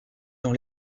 dans